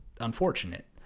unfortunate